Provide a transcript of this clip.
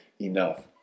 enough